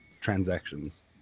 transactions